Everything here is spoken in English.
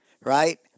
right